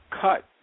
cut